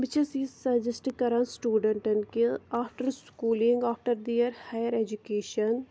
بہٕ چھَس یہِ سَجَسٹ کَران سٹوٗڈَنٹَن کہِ after schooling after their higher education